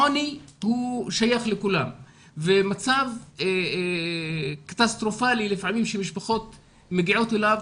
העוני שייך לכולם ומצב קטסטרופלי לפעמים שמשפחות מגיעות אליו